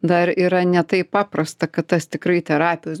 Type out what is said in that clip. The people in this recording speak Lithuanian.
dar yra ne taip paprasta kad tas tikrai terapijos